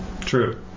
True